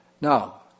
now